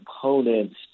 components